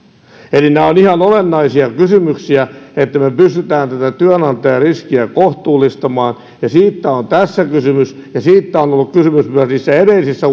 nämä ovat ihan olennaisia kysymyksiä että me pystymme työnantajariskiä kohtuullistamaan ja siitä on tässä kysymys ja siitä on ollut kysymys myös niissä edellisissä